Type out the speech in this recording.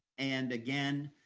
and again,